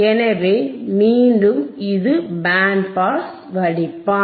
எனவே மீண்டும் இது பேண்ட் பாஸ் வடிப்பான்